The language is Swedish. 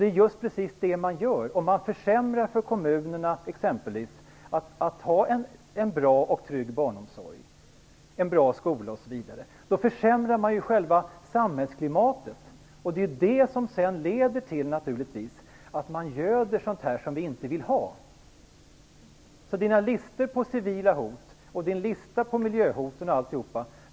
Det är just detta man gör om man försämrar för kommunerna att ha en bra och trygg barnomsorg, en bra skola osv. Då försämrar man ju själva samhällsklimatet. Detta leder sedan till att man göder detta som vi inte vill ha. Jag delar Iréne Vestlunds syn på civila hot och miljöhot.